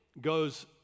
goes